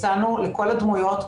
הצענו לכל הדמויות,